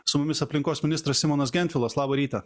su mumis aplinkos ministras simonas gentvilas labą rytą